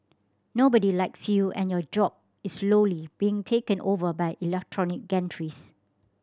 nobody likes you and your job is slowly being taken over by electronic gantries